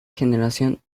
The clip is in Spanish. generación